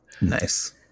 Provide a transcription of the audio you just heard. Nice